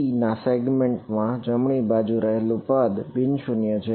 e ના segment માં જમણીબાજુ રહેલું પદ બિન શૂન્ય છે